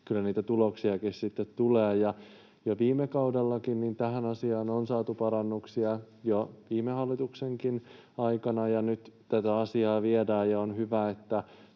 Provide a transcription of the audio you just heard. niin kyllä niitä tuloksiakin sitten tulee. Viime kaudellakin tähän asiaan on saatu parannuksia, jo viime hallituksenkin aikana, ja nyt tätä asiaa viedään eteenpäin,